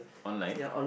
online